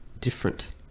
different